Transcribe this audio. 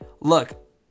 look